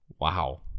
Wow